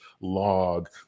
log